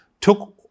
took